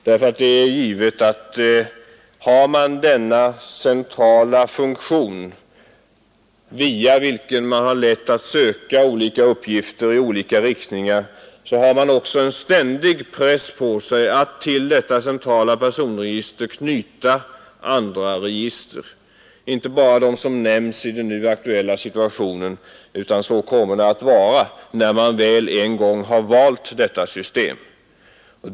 Det är givet att har man denna centrala funktion, via vilken det är lätt att söka olika uppgifter i olika riktningar, har man också en ständig press på sig att till detta centrala personregister knyta andra register — inte bara de som nämns i den nu aktuella situationen, utan så kommer det att vara hela tiden när man väl en gång har valt detta system.